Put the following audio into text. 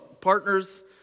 partners